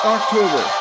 October